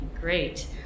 Great